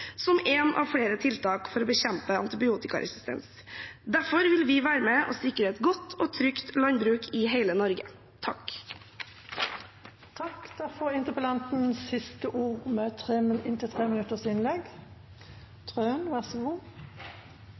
som ett av flere tiltak for å bekjempe antibiotikaresistens. Derfor vil vi være med og sikre et godt og trygt landbruk i hele Norge. Takk